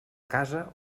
casa